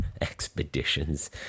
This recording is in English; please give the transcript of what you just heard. expeditions